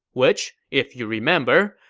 which, if you remember,